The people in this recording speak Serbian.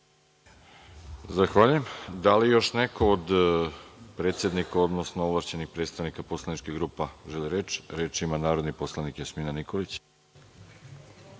Zahvaljujem. Da li još neko do predsednika, odnosno ovlašćenih predstavnika poslaničkih grupa želi reč? Reč ima narodni poslanik Jasmina Nikolić.